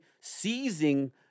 seizing